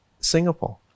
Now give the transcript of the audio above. Singapore